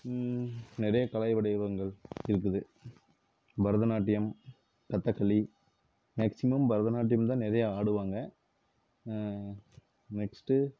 நிறைய கலை வடிவங்கள் இருக்குது Bharatanatyam Kathakali maximum Bharatanatyam தான் நிறையா ஆடுவாங்க நெக்ஸ்ட்டு